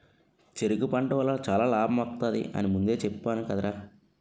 చెరకు పంట వల్ల చాలా లాభమొత్తది అని ముందే చెప్పేను కదరా?